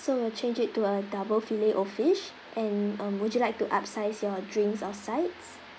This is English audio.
so we'll change it to a double fillet O fish and um would you like to upsize your drinks or sides